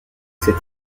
cet